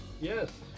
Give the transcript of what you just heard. Yes